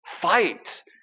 fight